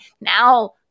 now